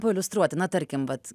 pailiustruoti na tarkim vat